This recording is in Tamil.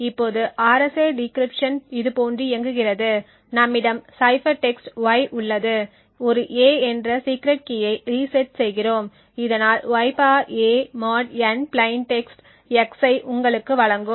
இப்போது RSA டிகிரிப்ஷன் இதுபோன்று இயங்குகிறது நம்மிடம் சைபர் டெக்ஸ்ட் y உள்ளது ஒரு a என்ற சீக்ரெட் கீயை ரீசெட் செய்கிறோம் இதனால் y a mod n plain text x ஐ உங்களுக்கு வழங்கும்